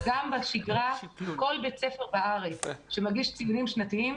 גם בשגרה כל בית ספר בארץ שמגיש ציונים שנתיים,